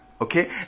Okay